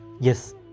Yes